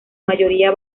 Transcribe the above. mayoría